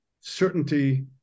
certainty